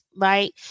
Right